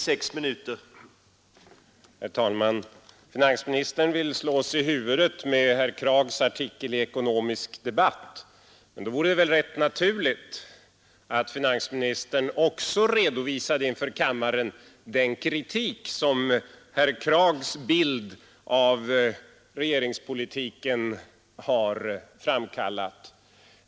Herr talman! Finansministern vill slå oss i huvudet med herr Kraghs artikel i Ekonomisk Debatt. Men då vore det väl rätt naturligt att finansministern också redovisade inför kammaren den kritik som herr Kraghs bild av regeringspolitiken har framkallat.